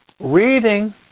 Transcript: reading